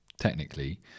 technically